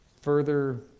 further